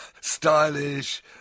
stylish